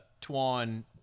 Tuan